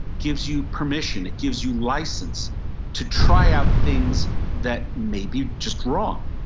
gives you permission, it gives you license to try out things that may be just wrong.